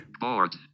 Board